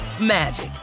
magic